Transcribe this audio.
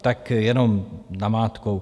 Tak jenom namátkou.